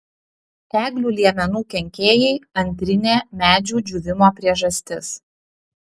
eglių liemenų kenkėjai antrinė medžių džiūvimo priežastis